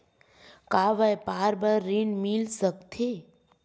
का व्यापार बर ऋण मिल सकथे?